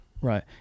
right